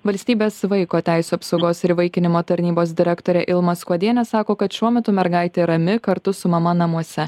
valstybės vaiko teisių apsaugos ir įvaikinimo tarnybos direktorė ilma skuodienė sako kad šiuo metu mergaitė rami kartu su mama namuose